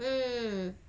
mm